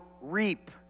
reap